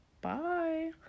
Bye